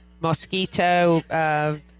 mosquito